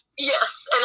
Yes